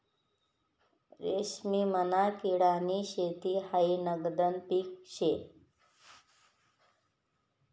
रेशीमना किडानी शेती हायी नगदनं पीक शे